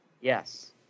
Yes